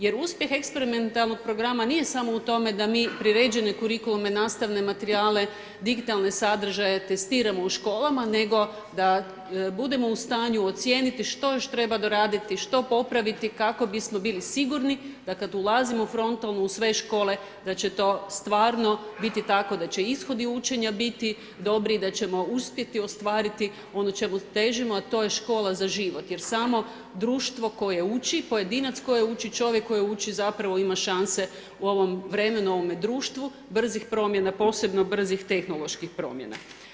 Jer uspjeh eksperimentalnog programa nije samo u tome da mi priređene kurikulume, nastavne materijale, digitalne sadržaje testiramo u školama nego da budemo u stanju ocijeniti što još treba doraditi, što popraviti kako bismo bili sigurni da kada ulazimo frontalno u sve škole da će to stvarno biti tako da će ishodi učenja biti dobri i da ćemo uspjeti ostvariti ono čemu težimo a to je škola za život jer samo društvo koje uči, pojedinac koji uči, čovjek koji uči zapravo ima šanse u ovome vremenu, u ovome društvu brzih promjena, posebno brzih tehnoloških promjena.